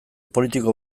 politiko